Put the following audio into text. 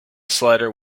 slider